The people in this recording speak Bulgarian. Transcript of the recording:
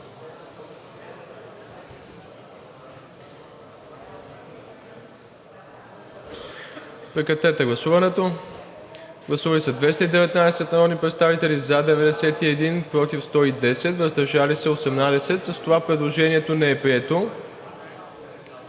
режим на гласуване. Гласували 149 народни представители: за 55, против 67, въздържали се 27. С това предложението не е прието.